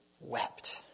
wept